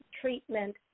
treatment